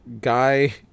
guy